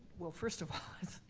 well first of all,